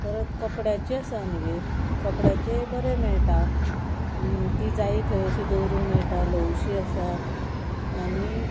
परत कपड्याची आसा आमगेर कपड्याचे बरें मेळटा ती जाय थंय अशी दवरूं मेळटा ल्हवशी आसा आनी